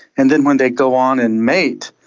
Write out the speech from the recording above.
and then when they go on and mate,